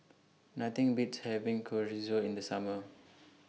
Nothing Beats having Chorizo in The Summer